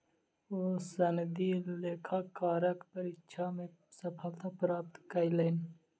ओ सनदी लेखाकारक परीक्षा मे सफलता प्राप्त कयलैन